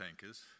tankers